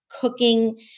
cooking